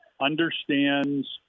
understands